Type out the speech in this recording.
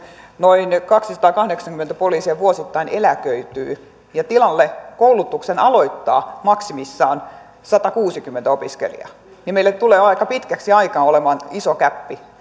noin kaksisataakahdeksankymmentä poliisia vuosittain eläköityy ja tilalle koulutuksen aloittaa maksimissaan satakuusikymmentä opiskelijaa niin meillä tulee aika pitkäksi aikaa olemaan iso gäppi